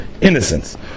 innocence